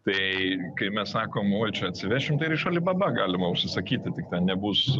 tai kai mes sakom oi čia atsivešim tai ir iš alibaba galima užsisakyti tik ten nebus